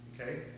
okay